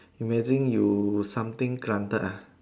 imagine you something granted ah